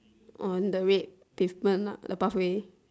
on the red pavement ah the pathway